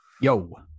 Yo